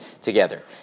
together